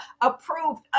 approved